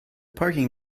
parking